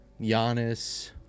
Giannis